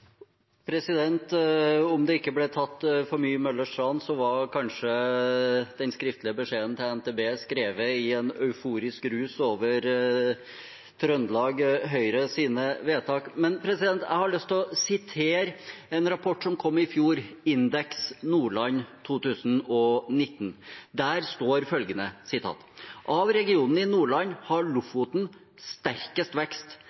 Om det ikke ble tatt for mye Møllers tran, var kanskje den skriftlige beskjeden til NTB skrevet i euforisk rus over Trøndelag Høyres vedtak. Jeg har lyst til å sitere en rapport som kom i fjor, Indeks Nordland 2019. Der står følgende: «Av regionene i Nordland har Lofoten sterkest vekst,